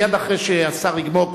מייד אחרי שהשר יגמור,